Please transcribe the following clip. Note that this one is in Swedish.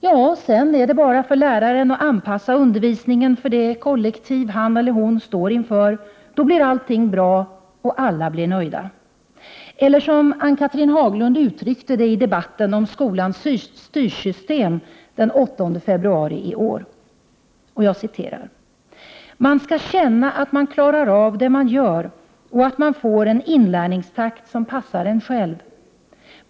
Ja, sedan är det bara för läraren att anpassa undervisningen till det kollektiv han eller hon står inför. Då blir allting bra, och alla blir nöjda. Eller som Ann-Cathrine Haglund uttryckte det i debatten om skolans styrsystem den 8 februari i år: ”Man skall kunna känna att man klarar av det man gör och att man får en inlärningstakt som passar en själv.